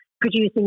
producing